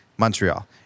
Montreal